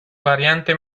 variante